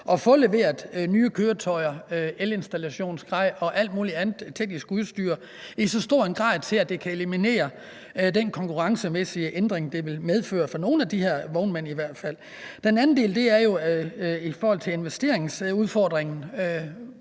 og få leveret nye køretøjer, elinstallationsgrej og alt muligt andet teknisk udstyr i så stor en udstrækning, at det kan eliminere den konkurrencemæssige ændring, det vil medføre for i hvert fald nogle af de her vognmænd. Den anden er i forhold til investeringsudfordringen.